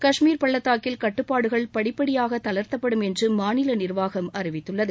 கஷ்மீர் பள்ளத்தாக்கில் கட்டுப்பாடுகள் படிப்படியாக தளர்த்தப்படும் என்று மாநில நிர்வாகம் அறிவித்தள்ளது